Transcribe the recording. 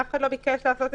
אף אחד לא ביקש לעשות את זה.